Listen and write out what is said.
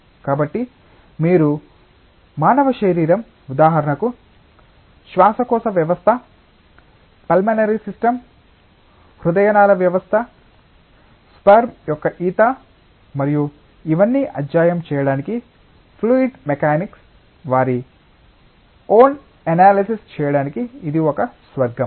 కాబట్టి మీరు మానవ శరీరం ఉదాహరణకు శ్వాసకోశ వ్యవస్థ పల్మనరీ సిస్టమ్ హృదయనాళ వ్యవస్థ స్పెర్మ్ యొక్క ఈత మరియు ఇవన్నీ అధ్యయనం చేయడానికి ఫ్లూయిడ్ మెకానిస్ట్ వారి ఓన్ ఎనాలిసిస్ చేయడానికి ఇది ఒక స్వర్గం